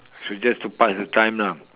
so just to past the time lah